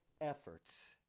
efforts